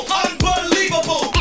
unbelievable